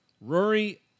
Rory